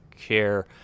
care